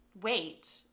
wait